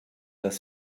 das